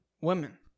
women